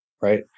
right